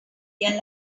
their